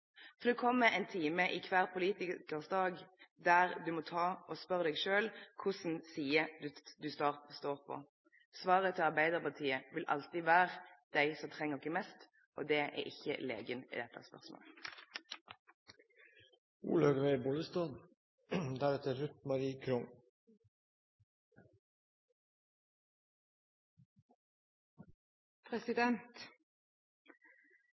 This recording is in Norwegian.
for det kommer en time i enhver politikers dag der du må spørre deg selv hvilken side du står på. Svaret til Arbeiderpartiet vil alltid være de som trenger oss mest. Det er ikke legen i